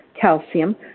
calcium